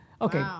Okay